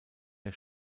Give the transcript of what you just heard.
der